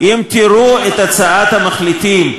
אם תראו את הצעת המחליטים,